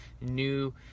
new